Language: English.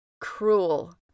cruel